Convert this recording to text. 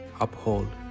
uphold